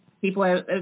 People